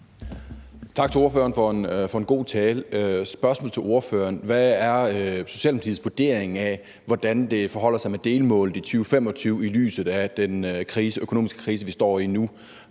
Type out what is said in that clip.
Tak til ordføreren for en god tale. Mit spørgsmål til ordføreren er: Hvad er Socialdemokratiets vurdering af, hvordan det forholder sig med delmålet i 2025 i lyset af den økonomiske krise, vi står i nu?